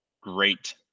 great